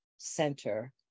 center